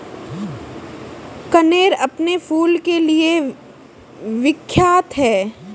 कनेर अपने फूल के लिए विख्यात है